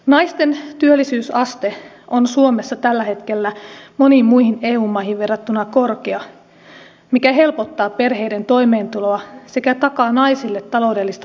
naisten työllisyysaste on suomessa tällä hetkellä moniin muihin eu maihin verrattuna korkea mikä helpottaa perheiden toimeentuloa sekä takaa naisille taloudellista itsenäisyyttä